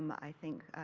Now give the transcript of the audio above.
i think